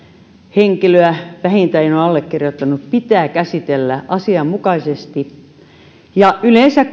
henkilöä vähintään on allekirjoittanut pitää käsitellä asianmukaisesti yleensä